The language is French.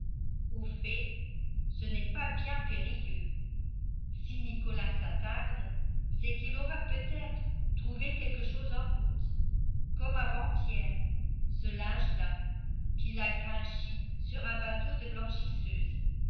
au fait ça n'est pas bien périlleux si nicolas s'attarde c'est qu'il aura peut-être trouvé quelque chose en route comme avant-hier ce linge là qu'il a grinchi sur un bateau de blanchisseuse